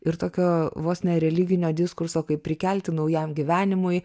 ir tokio vos ne religinio diskurso kaip prikelti naujam gyvenimui